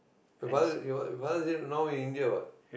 you father your father is it now in India what